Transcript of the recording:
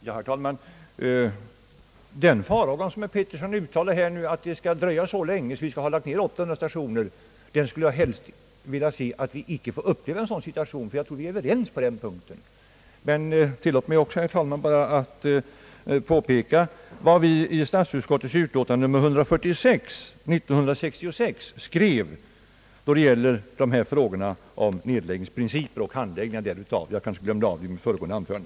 Herr talman! Den farhåga som herr Erik Filip Petersson har uttalat, att vi skall dröja så länge med att angripa problemet att SJ hunnit lägga ned 800 stationer, vill jag helst inte se förverkligad. Jag tror vi är överens på den punkten. Men tillåt mig också, herr talman, att påpeka vad vi skrev i statsutskottets utlåtande nr 146 år 1966 då det gäller nedläggningsprinciperna och handläggningen av dessa frågor. Jag glömde bort att nämna den saken i mitt föregående anförande.